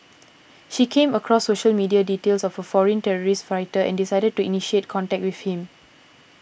she came across social media details of a foreign terrorist fighter and decided to initiate contact with him